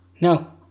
No